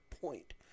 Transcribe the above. point